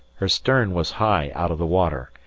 her stern was high out of water,